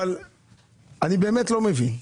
אבל אני באמת לא מבין.